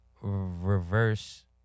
reverse